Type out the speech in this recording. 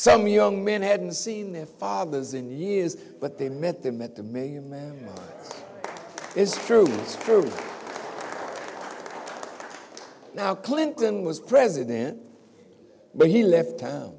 some young men hadn't seen their fathers in years but they met them at the million man is true for now clinton was president but he left town